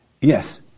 Yes